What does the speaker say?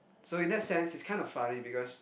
so in that sense it's kind of funny because